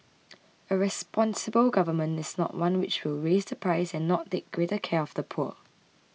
a responsible government is not one which will raise the price and not take greater care of the poor